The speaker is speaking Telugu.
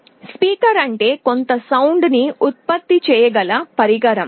స్పీకర్ అంటే మనం కొంత ధ్వనిని ఉత్పత్తి చేయగల పరికరం